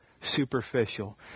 superficial